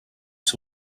ser